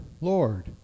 Lord